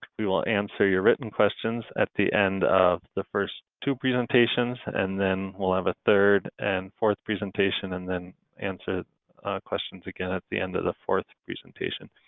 we will answer your written questions at the end of the first two presentations and then we'll have a third and fourth presentation. presentation. and then answer questions again at the end of the fourth presentation.